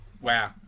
wow